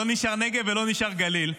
לא נשאר נגב ולא נשאר גליל,